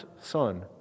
Son